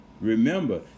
remember